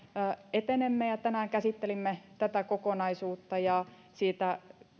etenemme tänään käsittelimme tätä kokonaisuutta ja siitä